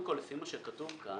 קודם כול, לפי מה שכתוב כאן,